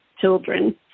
children